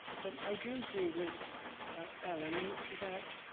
but i do agree with ellen that,